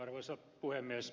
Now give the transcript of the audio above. arvoisa puhemies